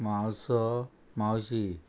मावसो मावशी